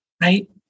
right